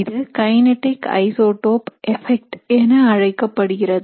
இது kinetic isotope effect என அழைக்கப்படுகிறது